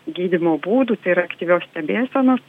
gydymo būdų tai yra aktyvios stebėsenos